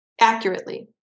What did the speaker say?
accurately